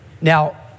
Now